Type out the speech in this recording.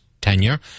tenure